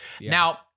Now